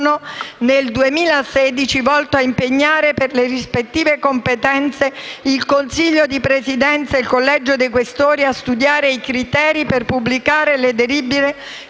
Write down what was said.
del giorno volto a impegnare, per le rispettive competenze, il Consiglio di Presidenza e il Collegio dei Questori a studiare i criteri per la pubblicazione di